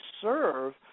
serve